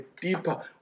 deeper